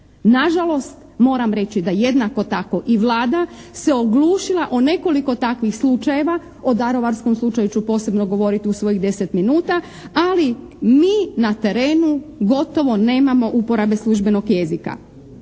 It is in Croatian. Nažalost, moram reći da jednako tako i Vlada se oglušila o nekoliko takvih slučajeva, o Daruvarskom slučaju ću posebno govoriti u svojih 10 minuta, ali mi na terenu gotovo nemamo uporabe službenog jezika.